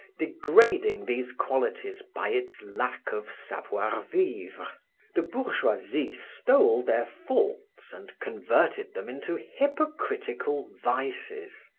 degrading these qualities by its lack of savoir-vivre the bourgeoisie stole their faults and converted them into hypocritical vices.